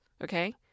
Okay